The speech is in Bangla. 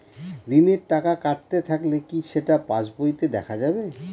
ঋণের টাকা কাটতে থাকলে কি সেটা পাসবইতে দেখা যাবে?